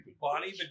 Bonnie